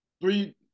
Three